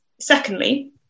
Secondly